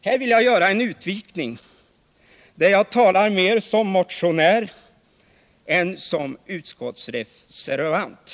Här vill jag göra en utvikning, där jag talar mer som motionär än som utskottsreservant.